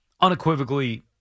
unequivocally